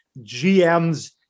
GMs